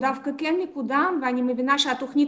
הוא דווקא כן מקודם ואני מבינה שהתוכנית